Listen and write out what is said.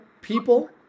people